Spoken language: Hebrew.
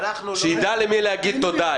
שיידע למי להגיד תודה,